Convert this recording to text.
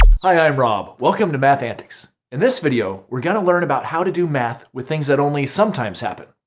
hi i'm rob, welcome to math antics! in this video we're gonna learn about how to do math with things that only sometimes happen.